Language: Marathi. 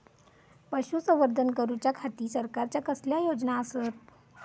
पशुसंवर्धन करूच्या खाती सरकारच्या कसल्या योजना आसत?